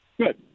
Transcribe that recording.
Good